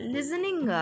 Listening